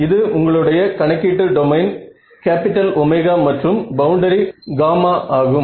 இது உங்களுடைய கணக்கீட்டு டொமைன் கேப்பிட்டல் ஒமேகா மற்றும் பவுண்டரி காமா ஆகும்